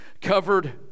covered